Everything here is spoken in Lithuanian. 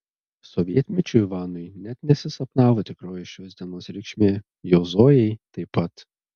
sovietmečiu ivanui net nesisapnavo tikroji šios dienos reikšmė jo zojai taip pat